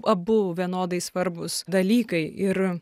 abu vienodai svarbūs dalykai ir